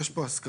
יש פה הסכמה.